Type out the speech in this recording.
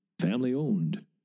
family-owned